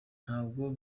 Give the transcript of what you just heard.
ntabwo